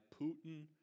Putin